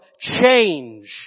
change